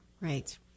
Right